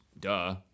duh